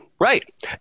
Right